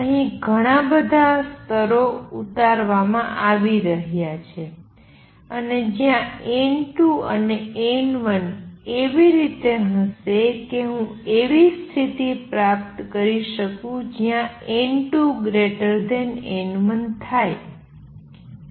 અહીં ઘણાં બધા સ્તરો ઉતારવામાં આવી રહ્યા છે અને જ્યાં n2 અને n1 એવી રીતે હશે કે હું એવી સ્થિતિ પ્રાપ્ત કરી શકું જ્યાં n2 n1 થાય